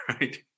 right